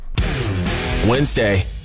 Wednesday